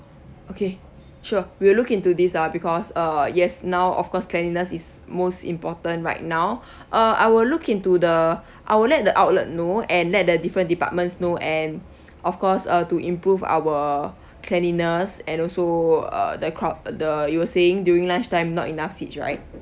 okay sure we'll look into this ah because uh yes now of course cleanliness is most important right now uh I will look into the I will let the outlet know and let the different departments know and of course uh to improve our cleanliness and also uh the crowd the you were saying during lunchtime not enough seats right